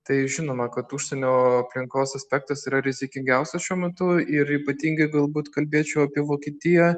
tai žinoma kad užsienio aplinkos aspektas yra rizikingiausias šiuo metu ir ypatingai galbūt kalbėčiau apie vokietiją